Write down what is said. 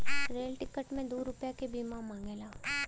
rail ticket मे दू रुपैया के बीमा मांगेला